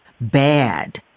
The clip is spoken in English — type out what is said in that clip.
bad